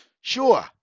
Sure